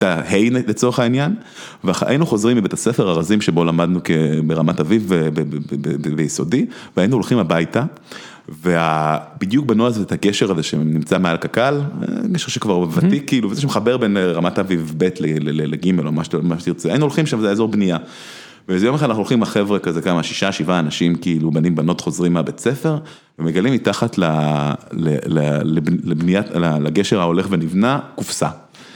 היי לצורך העניין, והיינו חוזרים מבית הספר ארזים, שבו למדנו ברמת אביב ביסודי, והיינו הולכים הביתה. ובדיוק בנו הזה את הגשר הזה שנמצא מעל קק"ל, גשר שכבר ותיק, כאילו, וזה שמחבר בין רמת אביב ב' לג' מה שתרצה. היינו הולכים שם, זה אזור בנייה. ואיזה יום אחד אנחנו הולכים עם החבר'ה כזה, כמה, שישה, שבעה אנשים, כאילו, בנים בנות חוזרים מהבית הספר, ומגלים מתחת לגשר ההולך ונבנה קופסה.